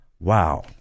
Wow